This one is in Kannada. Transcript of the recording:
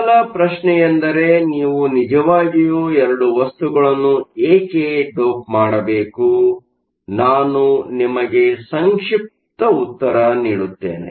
ಮೊದಲ ಪ್ರಶ್ನೆಯೆಂದರೆ ನೀವು ನಿಜವಾಗಿಯೂ ಎರಡು ವಸ್ತುಗಳನ್ನು ಏಕೆ ಡೋಪ್ ಮಾಡಬೇಕು ನಾನು ನಿಮಗೆ ಸಂಕ್ಷಿಪ್ತ ಉತ್ತರ ನೀಡುತ್ತೇನೆ